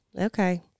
okay